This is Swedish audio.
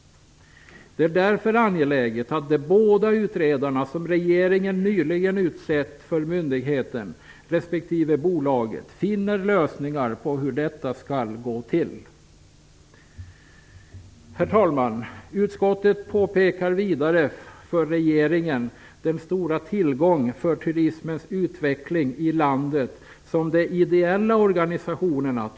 Därför är det angeläget att de båda utredarna som regeringen nyligen utsett för myndigheten respektive bolaget finner lösningar på hur detta skall gå till. Herr talman! Utskottet påpekar vidare för regeringen den stora tillgång för turismens utveckling i landet som de ideella organisationerna utgör.